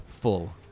Full